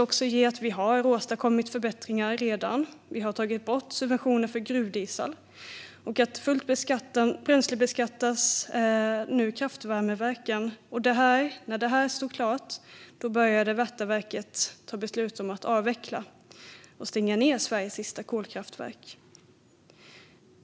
Vi har redan åstadkommit förbättringar. Vi har tagit bort subventioner för gruvdiesel, och kraftvärmeverken bränslebeskattas nu fullt ut. När det stod klart började man att fatta beslut om att avveckla Värtaverket och stänga ned Sveriges sista kolkraftverk.